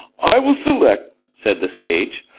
i will select, said the sage,